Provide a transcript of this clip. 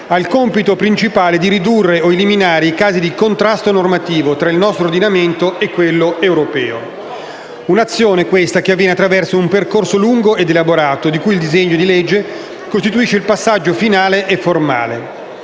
il nostro ordinamento e quello europeo. Un'azione, questa, che avviene attraverso un percorso lungo e elaborato, di cui il disegno di legge costituisce il passaggio finale e formale.